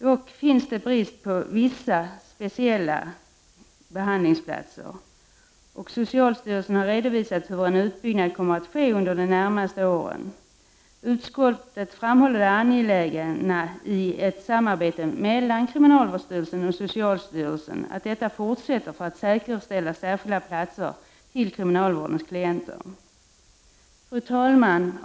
Dock finns brist på vissa speciella behandlingsplatser, och socialstyrelsen har redovisat hur en utbyggnad kommer att ske under de närmaste åren. Utskottet framhåller det angelägna i att samarbete mellan kriminalvårdsstyrelsen och socialstyrelsen fortsätter för att säkerställa särskilda platser till kriminalvårdens klienter. Fru talman!